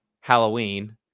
Halloween